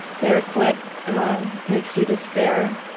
derek, what makes you despair,